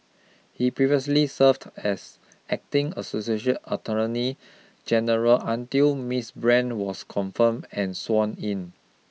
he previously served as acting associate attorney general until Miss Brand was confirmed and sworn in